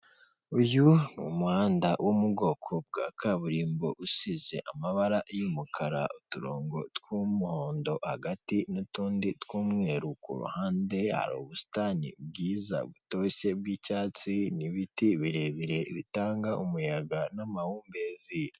Uyu ni umuhanda wo mu bwoko bwa kaburimbo usize amabara y'umukara, uturongo tw'umuhondo hagati n'utundi tw'umweru ku ruhande, hari ubusitani bwiza butoshye bw'icyatsi n'ibiti birebire bitanga umuyaga n'amahumbezi.